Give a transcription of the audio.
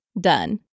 done